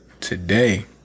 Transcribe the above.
Today